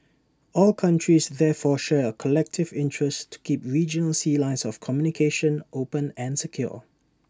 all countries therefore share A collective interest to keep regional sea lines of communication open and secure